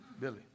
Billy